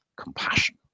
compassion